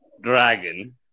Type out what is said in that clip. dragon